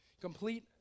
Complete